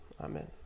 Amen